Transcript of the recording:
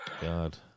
God